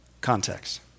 context